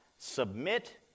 submit